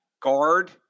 guard